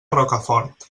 rocafort